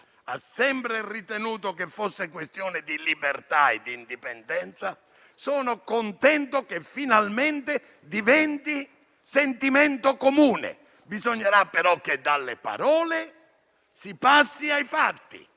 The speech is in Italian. ha sempre ritenuto che fosse questione di libertà e indipendenza. Sono contento che - finalmente - diventi sentimento comune, tuttavia occorre che dalle parole si passi ai fatti.